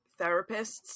therapists